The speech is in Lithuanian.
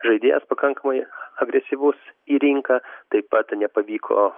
žaidėjas pakankamai agresyvus į rinką taip pat nepavyko